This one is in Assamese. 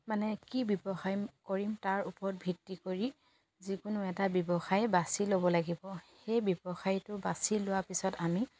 মানে কি ব্যৱসায় কৰিম তাৰ ওপৰত ভিত্তি কৰি যিকোনো এটা ব্যৱসায় বাচি ল'ব লাগিব সেই ব্যৱসায়টো বাচি লোৱাৰ পিছত আমি